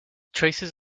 traces